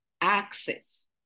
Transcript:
access